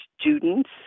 students